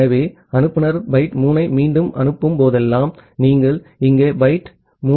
ஆகவே அனுப்புநர் பைட் 3 ஐ மீண்டும் அனுப்பும் போதெல்லாம் நீங்கள் இங்கே பைட் 3 ஐப் பெற்றுள்ளீர்கள்